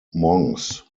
monks